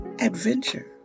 adventure